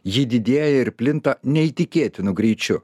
jį didieji ir plinta neįtikėtinu greičiu